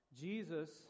Jesus